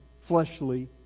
fleshly